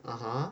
(uh huh)